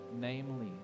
Namely